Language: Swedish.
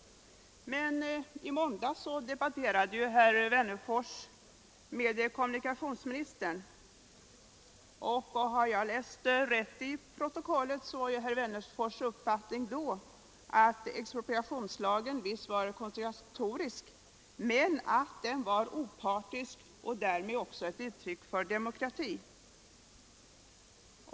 Men i måndags debatterade herr Wennerfors med kommunikationsministern, och har jag läst rätt i protokollet var herr Wennerfors” uppfattning då, att expropriationslagen visserligen är konfiskatorisk men att den är opartisk och därmed också ett uttryck för demokrati.